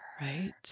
Right